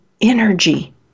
energy